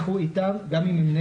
אם אנחנו כבר מדברים, אני אומר